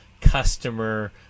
customer